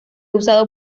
usado